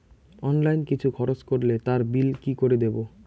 Online কিছু খরচ করলে তার বিল কি করে দেবো?